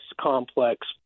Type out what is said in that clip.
complex